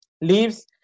leaves